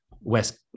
West